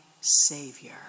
Savior